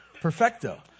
Perfecto